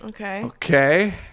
Okay